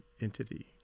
entity